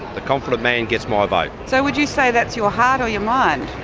the confident man gets my vote. so would you say that's your heart or your mind,